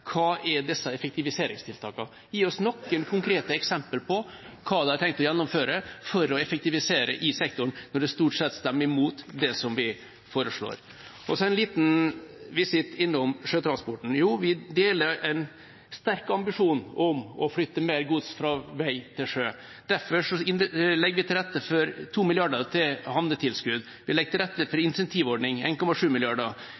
hva disse effektiviseringstiltakene er. De må gi oss noen konkrete eksempler på hva en har tenkt å gjennomføre for å effektivisere i sektoren – når en stort sett stemmer imot det vi foreslår. En liten visitt innom sjøtransporten. Vi deler en sterk ambisjon om å flytte mer gods fra vei til sjø. Derfor legger vi til rette for 2 mrd. kr til havnetilskudd, vi legger til rette for